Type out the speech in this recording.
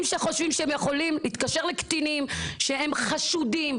שחושבים שהם יכולים להתקשר לקטינים שהם חשודים,